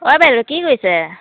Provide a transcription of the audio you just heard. ও বাইদেউ কি কৰিছে